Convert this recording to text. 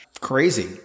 Crazy